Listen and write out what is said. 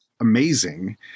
amazing